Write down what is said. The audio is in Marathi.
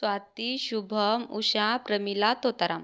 स्वाती शुभम् उषा प्रमिला तोताराम